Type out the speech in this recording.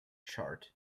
chart